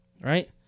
Right